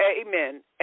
amen